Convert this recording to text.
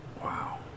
Wow